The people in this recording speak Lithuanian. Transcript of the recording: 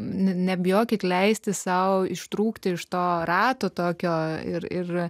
nebijokit leisti sau ištrūkti iš to rato tokio ir ir